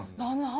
long, um